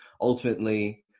ultimately